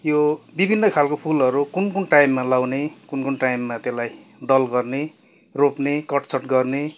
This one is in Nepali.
यो विभिन्न खालको फुलहरू कुन कुन टाइममा लाउने कुन कुन टाइममा त्यसलाई दल गर्ने रोप्ने कटछट गर्ने